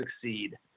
succeed